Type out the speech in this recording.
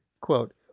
quote